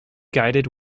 guided